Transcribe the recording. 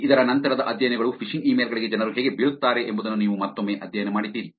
ಇದರ ನಂತರದ ಅಧ್ಯಯನಗಳು ಫಿಶಿಂಗ್ ಇಮೇಲ್ ಗಳಿಗೆ ಜನರು ಹೇಗೆ ಬೀಳುತ್ತಾರೆ ಎಂಬುದನ್ನು ನೀವು ಮತ್ತೊಮ್ಮೆ ಅಧ್ಯಯನ ಮಾಡಿದ್ದೀರಿ